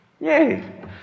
Yay